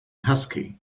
husky